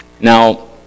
Now